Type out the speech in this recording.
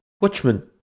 Watchman